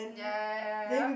ya ya ya ya